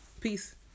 peace